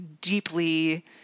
deeply